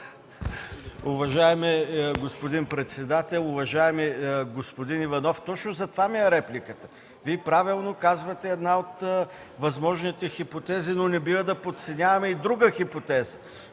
Уважаеми господин председател, уважаеми господин Иванов, точно затова ми е репликата. Вие правилно казвате една от възможните хипотези, но не бива да подценяваме и друга хипотеза.